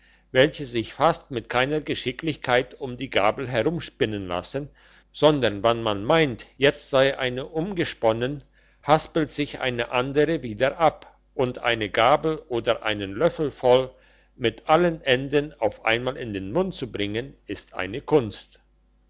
welche sich fast mit keiner geschicklichkeit um die gabel herumspinnen lassen sondern wann man meint jetzt sei eine umgesponnen haspelt sich eine andere wieder ab und eine gabel oder einen löffel voll mit allen enden auf einmal in den mund zu bringen ist eine kunst